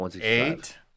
Eight